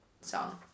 song